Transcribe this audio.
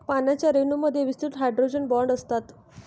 पाण्याच्या रेणूंमध्ये विस्तृत हायड्रोजन बॉण्ड असतात